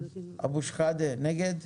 הצבעה אבו שחאדה, נגד?